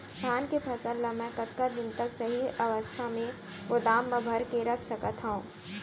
धान के फसल ला मै कतका दिन तक सही अवस्था में गोदाम मा भर के रख सकत हव?